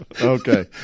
Okay